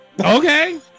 Okay